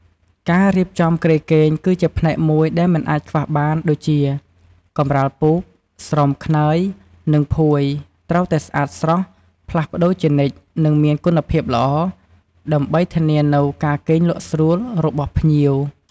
ការរៀបចំគ្រែគេងគឺជាផ្នែកមួយដែលមិនអាចខ្វះបានដូចជា កម្រាលពូក ស្រោមខ្នើយ និងភួយ ត្រូវតែស្អាតស្រស់ ផ្លាស់ប្តូរជានិច្ច និងមានគុណភាពល្អ ដើម្បីធានានូវការគេងលក់ស្រួលរបស់ភ្ញៀវ។